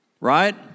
Right